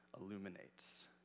illuminates